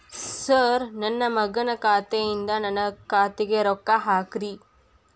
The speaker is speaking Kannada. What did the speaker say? ಸರ್ ನನ್ನ ಮಗನ ಖಾತೆ ಯಿಂದ ನನ್ನ ಖಾತೆಗ ರೊಕ್ಕಾ ಹಾಕ್ರಿ